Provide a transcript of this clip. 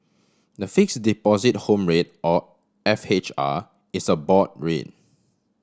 the fix deposit home rate or F H R is a board rate